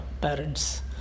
parents